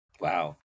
Wow